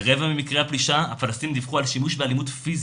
ברבע ממקרי הפלישה הפלסטינים דיווחו על שימוש באלימות פיזית.